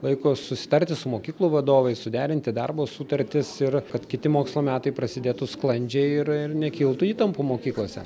laiko susitarti su mokyklų vadovais suderinti darbo sutartis ir kad kiti mokslo metai prasidėtų sklandžiai ir ir nekiltų įtampų mokyklose